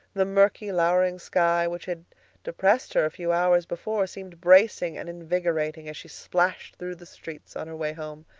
the murky, lowering sky, which had depressed her a few hours before, seemed bracing and invigorating as she splashed through the streets on her way home.